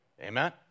Amen